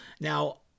Now